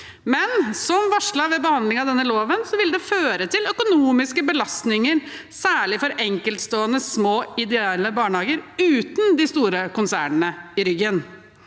men som varslet ved behandlingen av denne loven ville det føre til økonomiske belastninger, særlig for enkeltstående, små ideelle barnehager uten de store konsernene i ryggen.